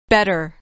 Better